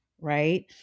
right